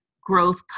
growth